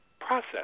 process